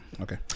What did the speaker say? Okay